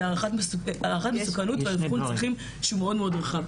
וערכת מסוכנות שהוא מאוד רחב.